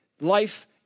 life